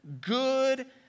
good